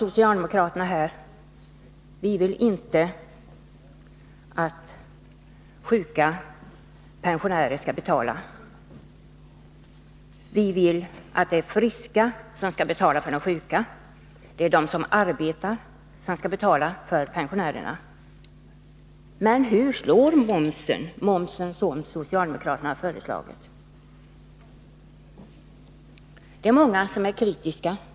Socialdemokraterna har här förklarat att de inte vill att sjuka och pensionärer skall betala sparandet. Socialdemokraterna vill att de friska skall betala för de sjuka. De som arbetar skall betala för pensionärerna. Men hur slår då den moms som socialdemokraterna har föreslagit — hårdast mot dessa grupper, enligt min uppfattning.